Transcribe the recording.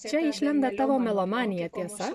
čia išlenda tavo melomanija tiesa